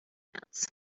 chance